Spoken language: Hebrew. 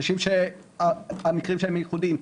אנשים שהמקרים שלהם יחודים.